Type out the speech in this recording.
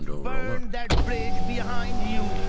burn that bridge behind you.